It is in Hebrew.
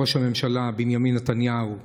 ראש הממשלה בנימין נתניהו,